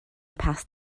past